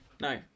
No